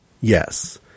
Yes